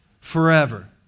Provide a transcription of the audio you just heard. Forever